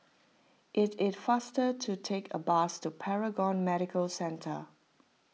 it is faster to take a bus to Paragon Medical Centre